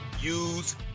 use